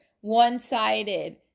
one-sided